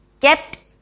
kept